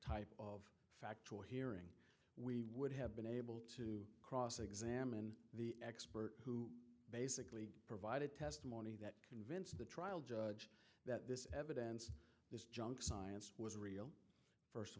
type of factual hearing we would have been able to cross examine the expert who basically provided testimony that convinced the trial judge that this evidence this junk science was a first of